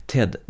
Ted